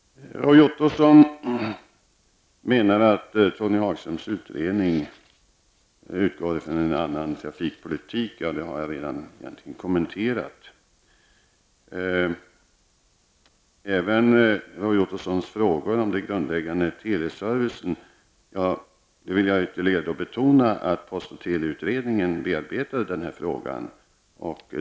Roy Ottosson sade att Tony Hagströms utredning utgår från en annan trafikpolitik. Det har jag egentligen redan kommenterat. Roy Ottosson frågar om den grundläggande teleservicen. Där vill jag ytterligare betona att post och teleutredningen bereder denna fråga.